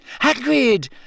Hagrid